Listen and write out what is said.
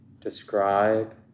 describe